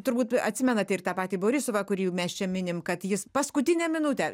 turbūt atsimenate ir tą patį borisovą kurį jau mes čia minim kad jis paskutinę minutę